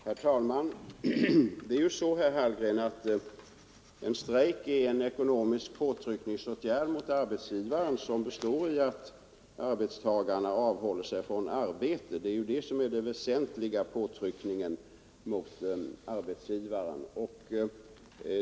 Herr talman! Det är ju så, herr Hallgren, att en strejk är en ekonomisk påtryckningsåtgärd mot arbetsgivaren som består i att arbetstagarna avhåller sig från arbete. Det är den väsentliga påtryckningen mot arbetsgivaren.